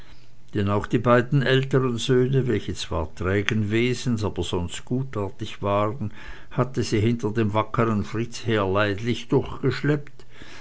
denn auch die beiden älteren söhne welche zwar trägen wesens aber sonst gutartig waren hatte sie hinter dem wackern fritz her leidlich